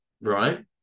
right